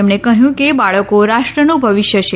તેમણે કહ્યું કે બાળકો રાષ્ટ્રનું ભવિષ્ય છે